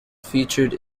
featured